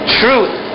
truth